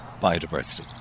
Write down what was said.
biodiversity